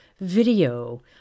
video